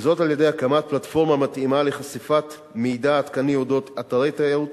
וזאת על-ידי הקמת פלטפורמה מתאימה לחשיפת מידע עדכני אודות אתרי תיירות,